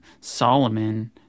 solomon